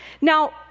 Now